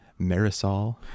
Marisol